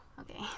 Okay